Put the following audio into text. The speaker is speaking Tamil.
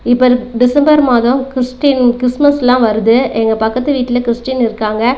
இப்போ இந்த டிசம்பர் மாதம் கிறிஸ்டின் கிறிஸ்மஸ்லாம் வருது எங்கள் பக்கத்து வீட்டில் கிறிஸ்டின் இருக்காங்கள்